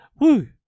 Woo